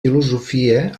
filosofia